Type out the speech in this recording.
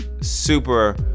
super